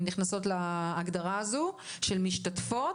ההנגשה בארבע שפות,